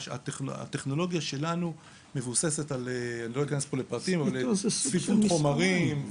הטכנולוגיה שלנו מבוססת על צפיפות חומרים,